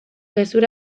gezur